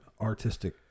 artistic